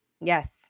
Yes